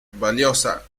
valiosa